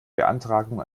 beantragung